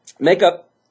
Makeup